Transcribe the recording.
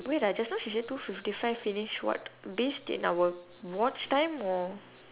wait ah just now she said two fifty five finish what based in our watch time or